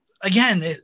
again